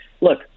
look